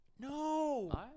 No